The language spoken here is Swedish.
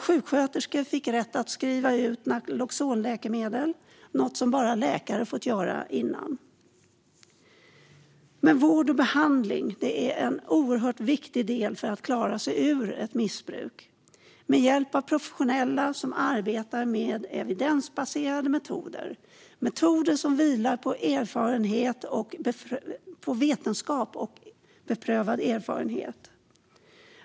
Sjuksköterskor har fått rätt att skriva ut naloxonläkemedel, något som bara läkare fått göra tidigare. Vård och behandling är en oerhört viktig del för att ta sig ur ett missbruk, med hjälp av professionella som arbetar med evidensbaserade metoder som vilar på vetenskap och beprövad erfarenhet.